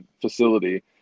facility